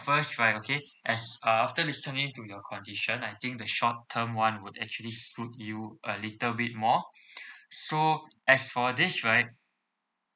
first right okay as uh after listening to your condition I think the short term one would actually suit you a little bit more so as for this right